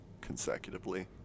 consecutively